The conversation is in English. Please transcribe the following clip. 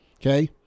okay